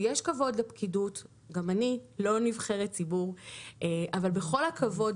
ויש כבוד לפקידות - גם אני לא נבחרת ציבור - מדובר כאן